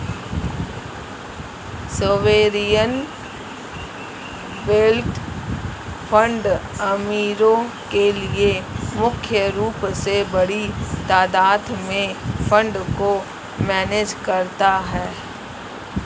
sovereign wealth fund अमीरो के लिए मुख्य रूप से बड़ी तादात में फंड को मैनेज करता है